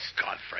Godfrey